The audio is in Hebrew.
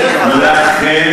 לכן,